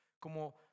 como